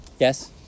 Yes